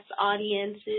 audiences